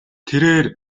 тэрээр